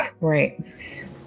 Right